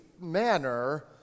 manner